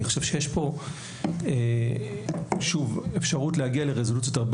אני חושב שיש כאן אפשרות להגיע לרזולוציות הרבה